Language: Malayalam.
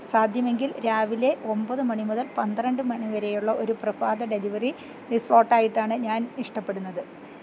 സാധ്യമെങ്കിൽ രാവിലെ ഒമ്പത് മണി മുതൽ പന്ത്രണ്ടു മണി വരെയുള്ള ഒരു പ്രഭാത ഡെലിവറി സ്ലോട്ടായിട്ടാണ് ഞാൻ ഇഷ്ടപ്പെടുന്നത്